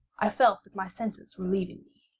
i felt that my senses were leaving me.